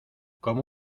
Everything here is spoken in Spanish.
como